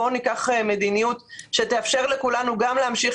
בואו ניקח מדיניות שתאפשר לכולנו גם להמשיך